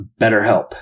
BetterHelp